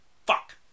Fuck